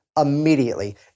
immediately